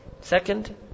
Second